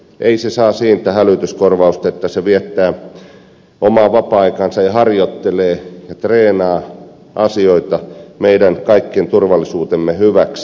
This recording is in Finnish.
ei hän saa siitä hälytyskorvausta että hän viettää omaa vapaa aikaansa ja harjoittelee ja treenaa asioita meidän kaikkien turvallisuutemme hyväksi